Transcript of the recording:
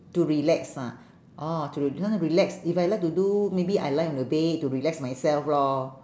to relax ah orh to re~ want to relax if I like to do maybe I lie on the bed to relax myself lor